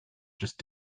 just